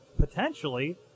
potentially